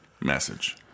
message